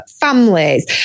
families